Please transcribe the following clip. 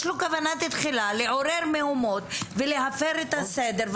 כוונת תחילה לעורר מהומות ולהפר את הסדר,